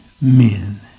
men